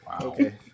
Okay